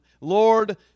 Lord